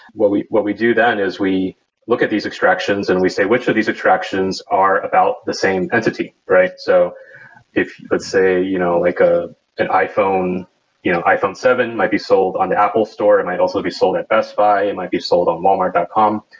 what we what we do then is we look at these extractions and we say, which of these extractions are about the same intensity? let's so say, you know like ah an iphone you know iphone seven might be sold on the apple store. it might also be sold at bestbuy. it might be sold on walmart dot com.